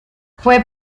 fue